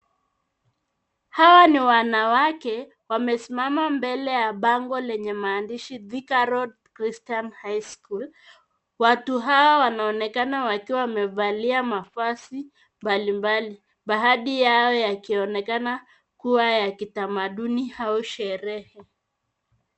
Hawa ni wanawake wamesimama mbele ya bango lenye maandishi Thika Road Christian High School . Watu hawa wanaonekana wakiwa wamevalia mavazi mbalimbali. Baadhi yao wakionekana kuwa ya kitamaduni au sherehe.